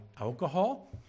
alcohol